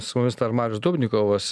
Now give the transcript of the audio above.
su mumis dar marius dubnikovas